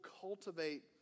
cultivate